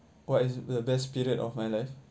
what is the best period of my life